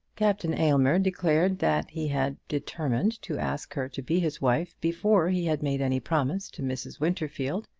captain aylmer declared that he had determined to ask her to be his wife before he had made any promise to mrs. winterfield.